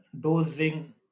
dosing